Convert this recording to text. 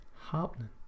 happening